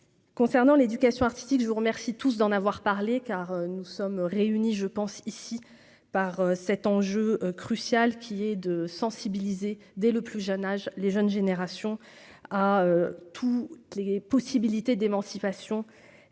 Concernant l'éducation artistique, je vous remercie tous d'en avoir parlé, car nous sommes réunis je pense ici par cet enjeu crucial, qui est de sensibiliser dès le plus jeune âge, les jeunes générations à tous les possibilités d'émancipation